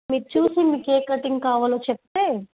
మీరు చూసి మీకు ఏ కటింగ్ కావాలో చెప్తే